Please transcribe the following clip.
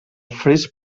fris